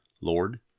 Lord